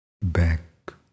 back